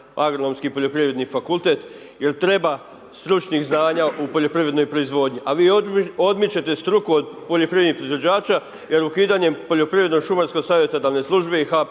Agronomski i Poljoprivredni fakultet jer treba stručnih znanja u poljoprivrednoj proizvodnji a vi odmičete struku od poljoprivrednih proizvođača jer ukidanjem Poljoprivredno-šumarske savjetodavne službe i HPA,